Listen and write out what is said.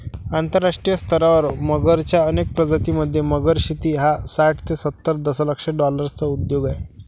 आंतरराष्ट्रीय स्तरावर मगरच्या अनेक प्रजातीं मध्ये, मगर शेती हा साठ ते सत्तर दशलक्ष डॉलर्सचा उद्योग आहे